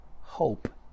hope